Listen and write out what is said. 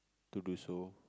to do so